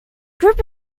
group